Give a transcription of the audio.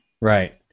Right